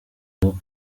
yavuze